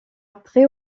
très